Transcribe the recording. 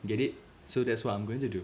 get it so that's what I'm going to do